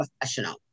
professional